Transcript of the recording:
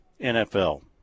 NFL